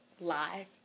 live